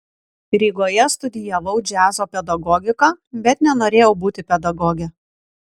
rygoje studijavau džiazo pedagogiką bet nenorėjau būti pedagoge